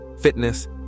fitness